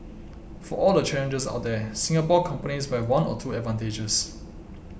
for all the challenges out there Singapore companies might have one or two advantages